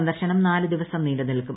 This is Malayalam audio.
സന്ദർശനം നാല് ദിവസം നീണ്ടുനിൽക്കും